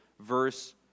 verse